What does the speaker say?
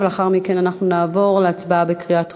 ולאחר מכן אנחנו נעבור להצבעה על החוק בקריאה טרומית.